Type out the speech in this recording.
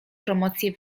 promocję